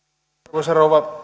arvoisa rouva